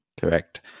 Correct